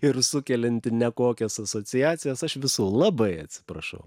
ir sukeliantįnekokias asociacijas aš visų labai atsiprašau